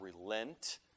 relent